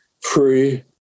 free